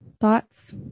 Thoughts